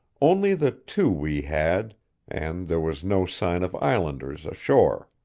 only the two we had and there was no sign of islanders, ashore.